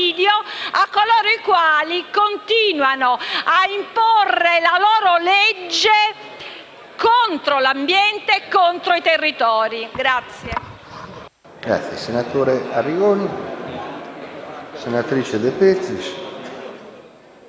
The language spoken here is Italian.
a coloro i quali continuano a imporre la loro legge contro l'ambiente e i territori. [DE